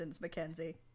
Mackenzie